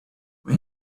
when